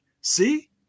see